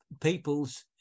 people's